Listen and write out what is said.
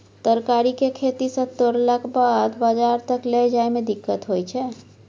तरकारी केँ खेत सँ तोड़लाक बाद बजार तक लए जाए में दिक्कत होइ छै